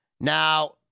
Now